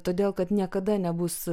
todėl kad niekada nebus